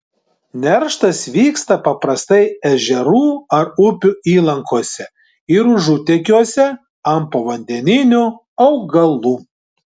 nerštas vyksta paprastai ežerų ar upių įlankose ir užutekiuose ant povandeninių augalų